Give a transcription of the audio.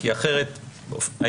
כי אחרת לא